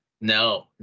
No